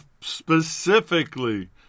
specifically